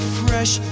fresh